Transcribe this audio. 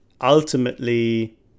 ultimately